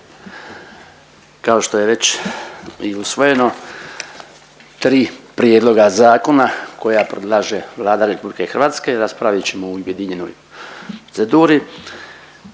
Kao što je već i usvojeno tri prijedloga zakona koja predlaže Vlada RH raspravit ćemo u objedinjenoj proceduri